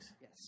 Yes